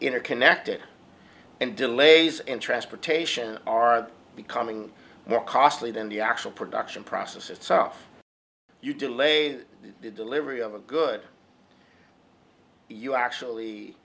interconnected and delays in transportation are becoming more costly than the actual production process itself you delayed the delivery of a good you